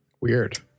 weird